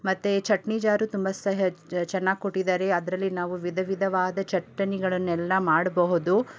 ಮತ್ತು ಚಟ್ನಿ ಜಾರು ತುಂಬ ಚೆನ್ನಾಗ್ ಕೊಟ್ಟಿದಾರೆ ಅದರಲ್ಲಿ ನಾವು ವಿಧ ವಿಧವಾದ ಚಟ್ನಿಗಳನ್ನೆಲ್ಲ ಮಾಡಬಹುದು